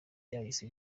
ryahise